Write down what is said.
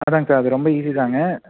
அதுதாங்க சார் அது ரொம்ப ஈஸிதாங்க